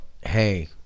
hey